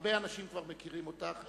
הרבה אנשים כבר מכירים אותך,